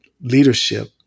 leadership